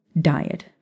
diet